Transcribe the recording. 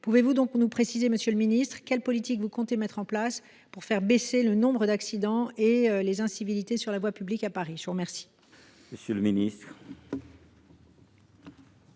Pouvez vous donc nous préciser, monsieur le ministre, quelles politiques vous comptez mettre en place pour faire baisser le nombre d’accidents et d’incivilités sur la voie publique à Paris ? La parole